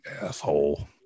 asshole